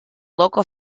local